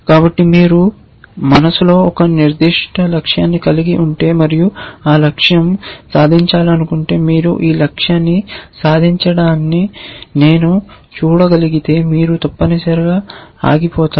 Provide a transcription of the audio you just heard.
కాబట్టి మీరు మనస్సులో ఒక నిర్దిష్ట లక్ష్యాన్ని కలిగి ఉంటే మరియు ఆ లక్ష్యం సాధించాలంటే మీరు ఈ లక్ష్యాన్ని సాధించడాన్ని నేను చూడగలిగితే మీరు తప్పనిసరిగా ఆగిపోతారు